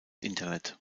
internet